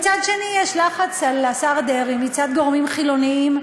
מצד שני יש לחץ על השר דרעי מצד גורמים חילוניים,